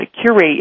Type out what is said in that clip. curate